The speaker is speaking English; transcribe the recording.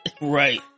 right